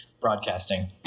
broadcasting